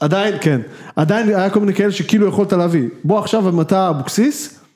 עדיין, כן, עדיין היה כל מיני כאלה שכאילו יכולת להביא, בוא עכשיו אם אתה אבוקסיס.